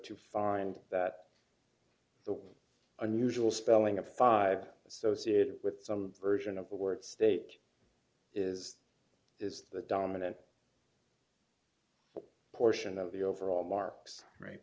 to find that the unusual spelling of five associated with some version of the word state is is the dominant portion of the overall marks